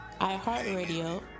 iHeartRadio